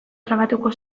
trabatuko